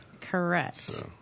Correct